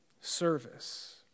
service